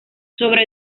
sobre